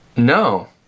no